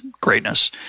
greatness